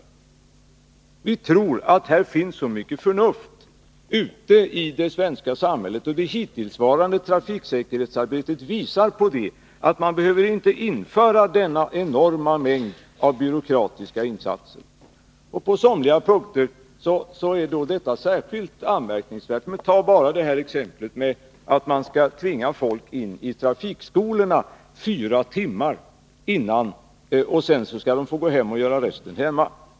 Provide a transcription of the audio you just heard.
Vi tror att det finns så mycket förnuft ute i det svenska samhället — och det hittillsvarande trafiksäkerhetsarbetet visar på det — att man inte behöver införa denna enorma mängd av byråkratiska åtgärder. På somliga punkter är förslagen särskilt anmärkningsvärda. Det gäller t.ex. det förhållandet att man i förarutbildningen skall tvinga in människor till fyra lektioner vid trafikskola för att sedan låta dem göra resten hemma.